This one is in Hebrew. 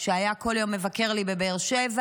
שהיה כל יום מבקר לי בבאר שבע?